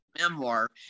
memoir